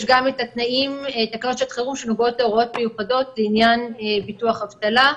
יש גם את תקנות שעת חירום שנוגעות להוראות מיוחדות לעניין ביטוח אבטלה.